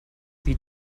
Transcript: wie